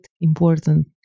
important